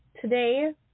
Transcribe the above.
Today